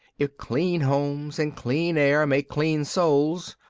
if clean homes and clean air make clean souls,